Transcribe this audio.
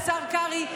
השר קרעי,